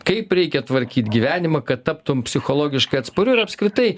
kaip reikia tvarkyti gyvenimą kad taptum psichologiškai atspariu ir apskritai